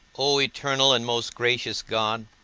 o eternal and most gracious god,